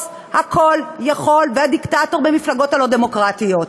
הכול-יכול והדיקטטור במפלגות הלא-דמוקרטיות.